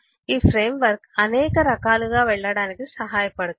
ఈ ఫ్రేమ్వర్క్ అనేక రకాలుగా వెళ్లడానికి సహాయపడుతుంది